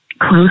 close